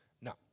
No